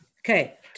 Okay